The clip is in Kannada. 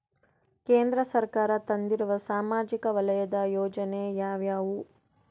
ಕೇಂದ್ರ ಸರ್ಕಾರ ತಂದಿರುವ ಸಾಮಾಜಿಕ ವಲಯದ ಯೋಜನೆ ಯಾವ್ಯಾವು?